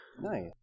Nice